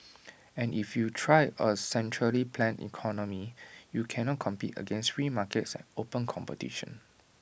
and if you try A centrally planned economy you cannot compete against free markets and open competition